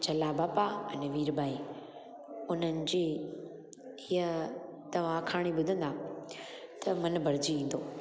जलाबापा अने वीरबाई उन्हनि जी हीअं तव्हां आखाणी ॿुधंदा त मनु भरिजी ईंदो